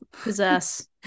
possess